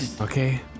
Okay